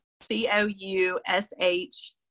c-o-u-s-h